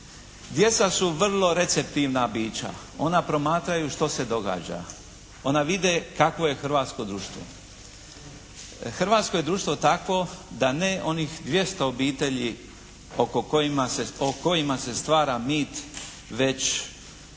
Djeca su vrlo receptivna bića. Ona promatraju što se događa. Ona vide kakvo je hrvatsko društvo. Hrvatsko je društvo takvo da ne, onih 200 obitelji oko kojima se, o kojima se